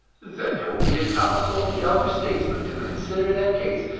then there will be a council of the elder statesmen, to consider that case,